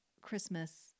Christmas